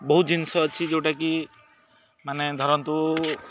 ବହୁତ ଜିନିଷ ଅଛି ଯେଉଁଟାକି ମାନେ ଧରନ୍ତୁ